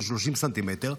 של 30 סנטימטר,